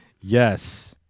Yes